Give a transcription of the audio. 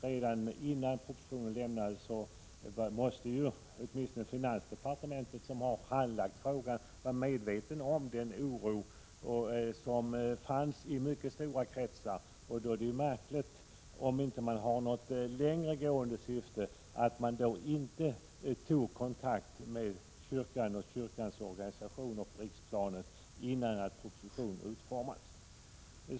Redan innan denna avlämnades måste åtminstone finansdepartementet, som handlagt frågan, ha varit medvetet om den oro som fanns i mycket stora kretsar. Om man inte har något längre gående syfte är det därför märkligt att man inte tog kontakt med kyrkan och kyrkans organisationer på riksplanet innan propositionen utformades.